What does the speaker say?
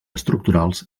estructurals